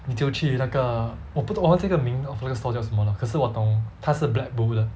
你就去那个我不懂我忘记那个名 of that store 叫什么 lah 可是我懂它是 black bowl 的